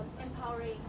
empowering